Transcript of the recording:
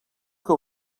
que